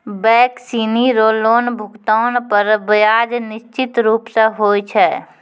bank सिनी रो loan भुगतान पर ब्याज निश्चित रूप स होय छै